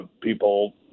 people